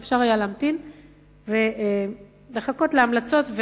כי אפשר היה להמתין ולחכות להמלצות,